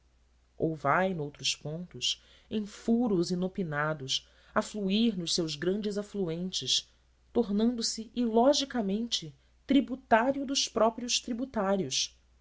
ou vai noutros pontos em furos inopinados afluir nos seus grandes afluentes tornando-se ilogicamente tributário dos próprios tributários